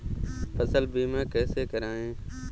फसल बीमा कैसे कराएँ?